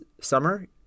summer